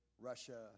Russia